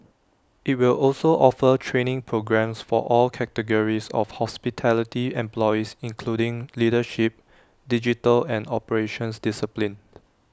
IT will also offer training programmes for all categories of hospitality employees including leadership digital and operations disciplines